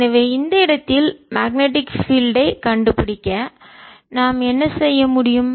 எனவே இந்த இடத்தில் மேக்னெட்டிக் பீல்ட் ஐ காந்தப்புலத்தை கண்டுபிடிக்க நாம் என்ன செய்ய முடியும்